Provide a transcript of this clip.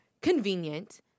convenient